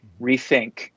rethink